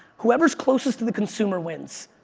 whoever's closest to the consumer wins.